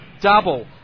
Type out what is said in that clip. double